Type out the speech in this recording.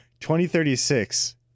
2036